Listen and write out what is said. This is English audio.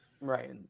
Right